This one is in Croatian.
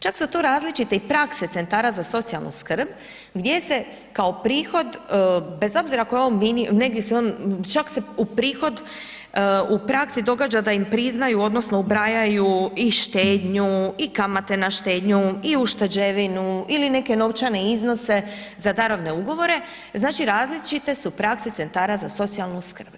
Čak se tu različite i prakse centara za socijalnu skrb gdje se kao prihod, bez obzira koji je on, negdje se on, čak se u prihod u praksi događa da im priznaju odnosno ubrajaju i štednju i kamate na štednju i ušteđevinu ili neke novčane iznose za darovne ugovore, znači različite su prakse centara za socijalnu skrb.